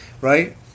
right